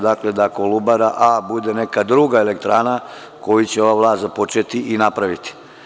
Dakle, da Kolubara A bude neka druga elektrana koju će ova vlast započeti i napraviti.